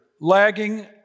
lagging